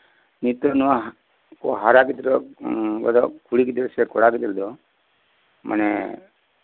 ᱱᱤᱛᱚᱜ ᱱᱟᱣᱟ ᱠᱚ ᱦᱟᱨᱟ ᱜᱤᱫᱽᱨᱟᱹ ᱠᱚ ᱵᱚᱞᱮ ᱠᱩᱲᱤ ᱜᱤᱫᱽᱨᱟᱹ ᱥᱮ ᱠᱚᱲᱟ ᱜᱤᱫᱽᱨᱟᱹ ᱫᱚ ᱢᱟᱱᱮ